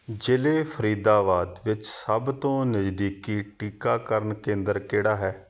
ਜ਼ਿਲ੍ਹੇ ਫਰੀਦਾਬਾਦ ਵਿੱਚ ਸਭ ਤੋਂ ਨਜ਼ਦੀਕੀ ਟੀਕਾਕਰਨ ਕੇਂਦਰ ਕਿਹੜਾ ਹੈ